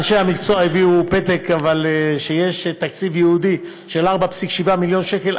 אנשי המקצוע הביאו פתק שיש תקציב ייעודי של 4.7 מיליון שקלים,